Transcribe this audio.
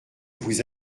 vous